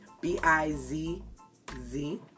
B-I-Z-Z